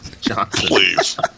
please